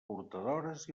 portadores